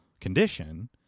condition